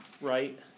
Right